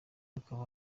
akaba